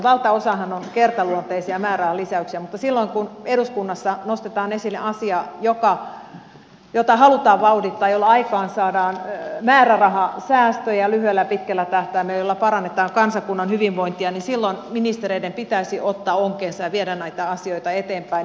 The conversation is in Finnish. valtaosahan on kertaluonteisia määrärahan lisäyksiä mutta silloin kun eduskunnassa nostetaan esille asia jota halutaan vauhdittaa jolla aikaansaadaan määrärahasäästöjä lyhyellä ja pitkällä tähtäimellä jolla parannetaan kansakunnan hyvinvointia niin silloin ministereiden pitäisi ottaa onkeensa ja viedä näitä asioita eteenpäin